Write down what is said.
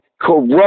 corrupt